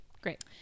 Great